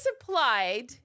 applied